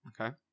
okay